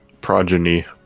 progeny